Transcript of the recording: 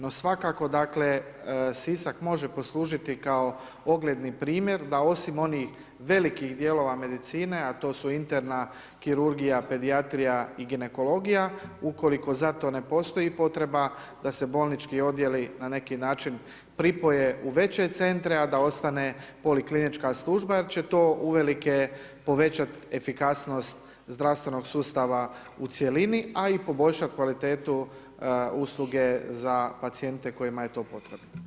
No, svakako dakle Sisak može poslužiti kao ogledni primjer da osim onih velikih dijelova medicine a to su interna kirurgija, pedijatrija i ginekologija ukoliko zato ne postoji potreba da se bolnički odjeli na neki način pripoje u veće centre a da ostane poliklinička služba jer će to uvelike povećati efikasnost zdravstvenog sustava u cjelini a i poboljšati kvalitetu usluge za pacijente kojima je to potrebno.